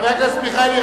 חבר הכנסת מיכאלי,